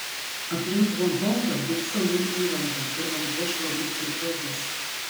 aplink honkongą daug salų ir įlankų ir vanduo švarus ir gražus